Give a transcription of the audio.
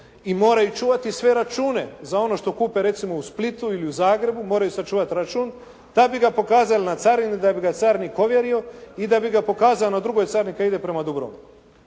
i moraju čuvati sve račune za ono što kupe recimo u Splitu ili u Zagrebu, moraju sačuvati račun da bi ga pokazali na carini da bi ga carinik ovjerio i da bi ga pokazao na drugoj carini kada ide prema Dubrovniku.